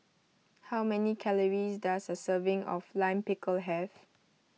how many calories does a serving of Lime Pickle have